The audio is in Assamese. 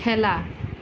খেলা